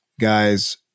guys